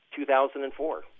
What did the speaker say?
2004